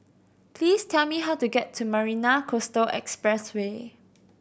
please tell me how to get to Marina Coastal Expressway